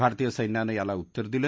भारतीय सैन्यानं याला उत्तर दिलं